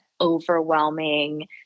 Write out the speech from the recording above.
overwhelming